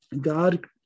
God